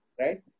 right